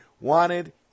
wanted